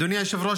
אדוני היושב-ראש,